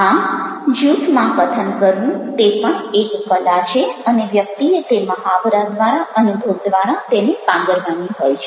આમ જૂથમાં કથન કરવું તે પણ એક કલા છે અને વ્યક્તિએ તે મહાવરા દ્વારા અનુભવ દ્વારા તેને પાંગરવાની હોય છે